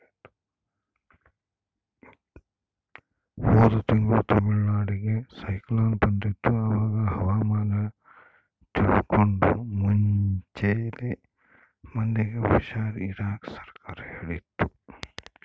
ಹೋದ ತಿಂಗಳು ತಮಿಳುನಾಡಿಗೆ ಸೈಕ್ಲೋನ್ ಬಂದಿತ್ತು, ಅವಾಗ ಹವಾಮಾನ ತಿಳ್ಕಂಡು ಮುಂಚೆಲೆ ಮಂದಿಗೆ ಹುಷಾರ್ ಇರಾಕ ಸರ್ಕಾರ ಹೇಳಿತ್ತು